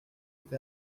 etc